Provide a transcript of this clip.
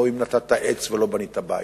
לא אם נטעת עץ או בנית בית.